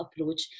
approach